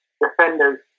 defenders